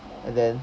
and then